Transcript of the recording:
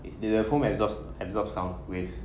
it did the foam exhaust absorb sound waves